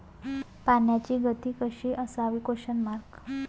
पाण्याची गती कशी असावी?